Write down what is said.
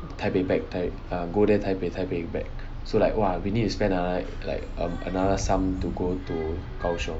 taipei back err go there taipei taipei back so like !wah! we need to spend another like another sum to go to kaoshiung